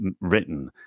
written